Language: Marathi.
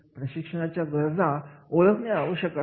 आणि या सगळ्या वरून ज्ञान तयार होते कौशल्य तयार होते